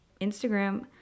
Instagram